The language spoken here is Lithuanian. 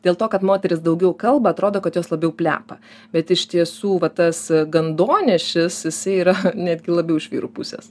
dėl to kad moterys daugiau kalba atrodo kad jos labiau plepa bet iš tiesų va tas gandonešis jisai yra netgi labiau iš vyrų pusės